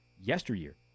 yesteryear